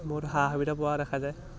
বহুত সা সুবিধা পোৱা দেখা যায়